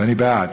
ואני בעד,